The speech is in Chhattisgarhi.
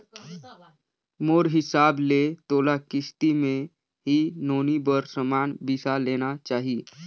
मोर हिसाब ले तोला किस्ती मे ही नोनी बर समान बिसा लेना चाही